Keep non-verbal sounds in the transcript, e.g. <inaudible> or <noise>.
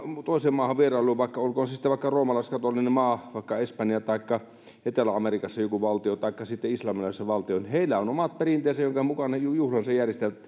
toiseen maahan vierailulle olkoon se sitten vaikka roomalaiskatolinen maa vaikka espanja taikka etelä amerikassa joku valtio taikka sitten islamilainen valtio niin heillä on omat perinteensä joiden mukaan he juhlansa järjestävät <unintelligible>